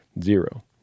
zero